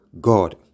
God